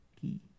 key